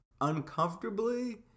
uncomfortably